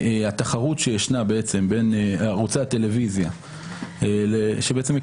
התחרות שישנה בין ערוצי הטלוויזיה שמקבלים